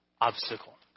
obstacle